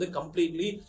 completely